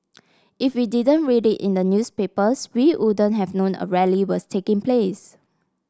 if we didn't read it in the newspapers we wouldn't have known a rally was taking place